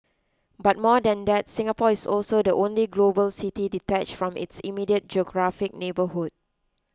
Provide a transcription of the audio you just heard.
but more than that Singapore is also the only global city detached from its immediate geographic neighbourhood